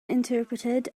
interpreted